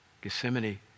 Gethsemane